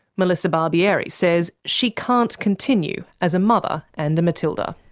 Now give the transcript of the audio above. melissa barbieri says she can't continue as a mother and a matilda.